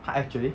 !huh! actually